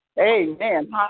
amen